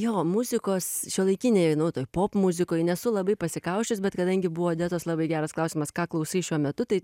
jo muzikos šiuolaikinėje nu toj popmuzikoj nesu labai pasikausčius bet kadangi buvo odetos labai geras klausimas ką klausai šiuo metu tai